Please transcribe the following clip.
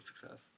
success